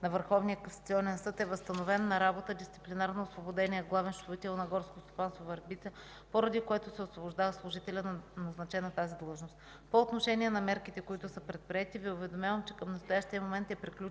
на Върховния касационен съд е възстановен на работа дисциплинарно освободеният главен счетоводител на Горско стопанство – Върбица, поради което се освобождава служителят, назначен на тази длъжност. По отношение на мерките, които са предприети, Ви уведомявам, че към настоящия момент е приключила